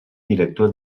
director